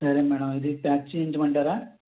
సరే మేడం ఇది ప్యాక్ చేయించమంటారా